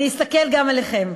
אני אסתכל גם עליכם.